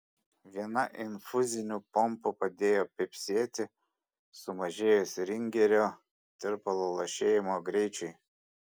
viena infuzinių pompų padėjo pypsėti sumažėjus ringerio tirpalo lašėjimo greičiui